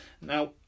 now